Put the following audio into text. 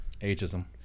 Ageism